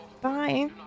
bye